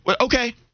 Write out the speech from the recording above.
Okay